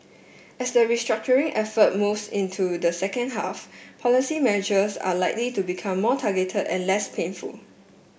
as the restructuring effort moves into the second half policy measures are likely to become more targeted and less painful